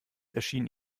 erschien